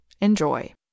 enjoy